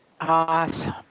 Awesome